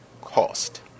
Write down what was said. cost